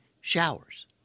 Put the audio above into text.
showers